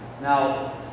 Now